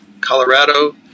Colorado